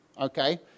okay